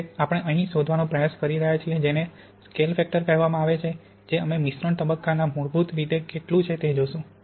ઠીક છે આપણે અહીં શોધવાનો પ્રયાસ કરી રહ્યા છીએ જેને સ્કેલ ફેક્ટર કહેવામાં આવે છે જે અમે મિશ્રણ તબક્કાના મૂળભૂત રીતે કેટલું છે તે જોશું